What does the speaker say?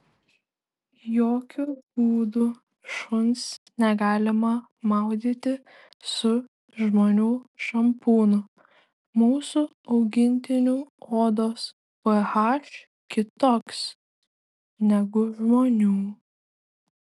jokiu būdu šuns negalima maudyti su žmonių šampūnu mūsų augintinių odos ph kitoks negu žmonių